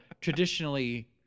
traditionally